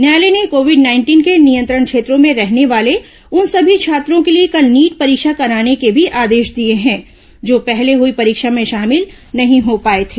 न्यायालय ने Covid nineteen के नियंत्रण क्षेत्रों में रहने वाले उन सभी छात्रों के लिए कल नीट परीक्षा कराने को भी आदेश दिये हैं जो पहले हुई परीक्षा में शामिल नहीं हो पाए थे